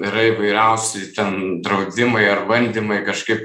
yra įvairiausi ten draudimai ar bandymai kažkaip